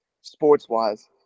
sports-wise